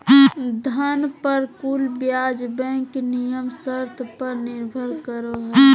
धन पर कुल ब्याज बैंक नियम शर्त पर निर्भर करो हइ